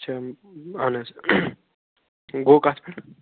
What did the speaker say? اَچھا اَہَن حظ ٹھیٖک گوٚو کَتھ پٮ۪ٹھ